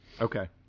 Okay